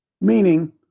Meaning